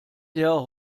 der